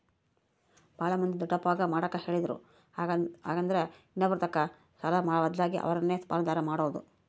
ಬಾಳ ಮಂದಿ ದೊಡ್ಡಪ್ಪಗ ಮಾಡಕ ಹೇಳಿದ್ರು ಹಾಗೆಂದ್ರ ಇನ್ನೊಬ್ಬರತಕ ಸಾಲದ ಬದ್ಲಗೆ ಅವರನ್ನ ಪಾಲುದಾರ ಮಾಡೊದು